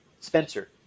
Spencer